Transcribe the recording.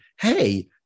hey